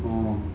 oh